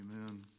Amen